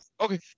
Okay